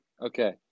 Okay